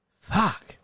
Fuck